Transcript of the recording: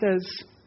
says